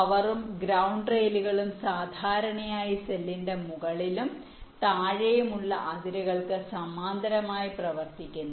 പവറും ഗ്രൌണ്ട് റെയിലുകളും സാധാരണയായി സെല്ലിന്റെ മുകളിലും താഴെയുമുള്ള അതിരുകൾക്ക് സമാന്തരമായി പ്രവർത്തിക്കുന്നു